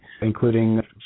including